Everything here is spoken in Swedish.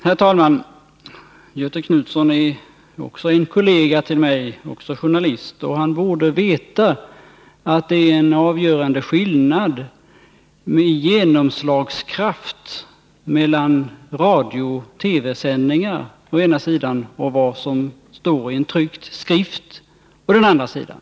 Herr talman! Göthe Knutson är som journalist kollega till mig, och han borde veta att det är en avgörande skillnad i genomslagskraft mellan radiooch TV-sändningar å ena sidan och vad som står i en tryckt skrift å den andra sidan.